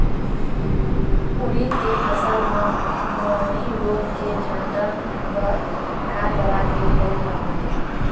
उरीद के फसल म मैनी रोग के नियंत्रण बर का दवा के उपयोग करना ये?